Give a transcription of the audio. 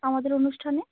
আমাদের অনুষ্ঠানে